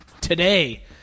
today